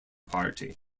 party